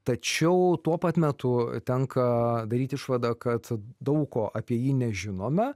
tačiau tuo pat metu tenka daryt išvadą kad daug ko apie jį nežinome